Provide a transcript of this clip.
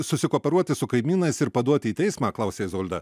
susikooperuoti su kaimynais ir paduoti į teismą klausia izolda